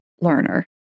learner